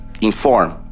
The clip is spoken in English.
inform